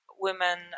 women